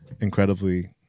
Incredibly